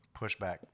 pushback